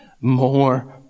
more